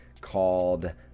called